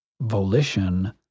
Volition